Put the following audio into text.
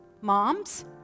moms